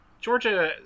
Georgia